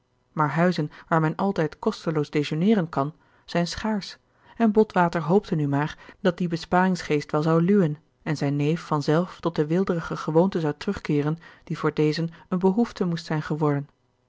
maar huizen waar men altijd kosteloos dejeuneeren kan zijn schaarsch en botwater hoopte nu maar dat die besparingsgeest wel zou luwen en zijn neef van zelf tot de weelderige gewoonte zou terugkeeren die voor dezen een behoefte moest zijn geworden